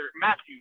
Matthew